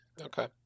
okay